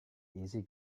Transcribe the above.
easy